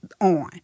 on